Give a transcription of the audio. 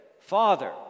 Father